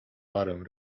parę